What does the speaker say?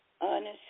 honest